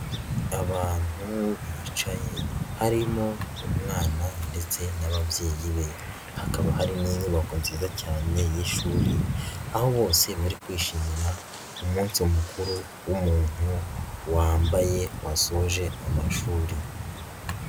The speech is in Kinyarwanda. Abantu bicaye harimo umwana ndetse n'ababyeyi be, hakaba hari n'inyubako nziza cyane y'ishuri, aho bose bari kwishimira umunsi mukuru w'umuntu wambaye wasoje amashuri.